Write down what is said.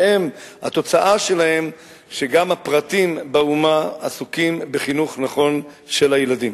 שהתוצאה שלהם היא שגם הפרטים באומה עסוקים בחינוך נכון של הילדים.